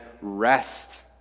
rest